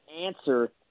answer